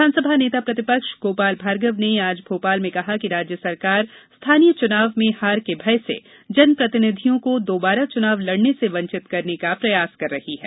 विधानसभा नेता प्रतिपक्ष गोपाल भार्गव ने आज भोपाल में कहा कि राज्य सरकार स्थानीय चुनाव में हार के भय से जनप्रतिनिधियों को दोबारा च्नाव लड़ने से वंचित करने का प्रयास कर रही है